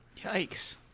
Yikes